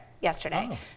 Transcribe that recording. yesterday